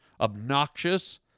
obnoxious